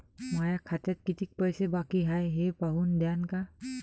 माया खात्यात कितीक पैसे बाकी हाय हे पाहून द्यान का?